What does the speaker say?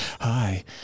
hi